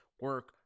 Work